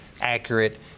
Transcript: accurate